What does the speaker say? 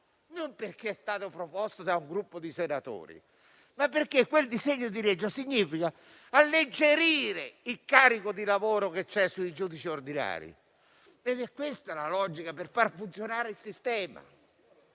non perché è stato proposto da un gruppo di senatori, ma perché quel disegno di legge significa alleggerire il carico di lavoro che c'è sui giudici ordinari. È questa la logica per far funzionare il sistema.